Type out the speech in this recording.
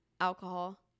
alcohol